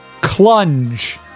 Clunge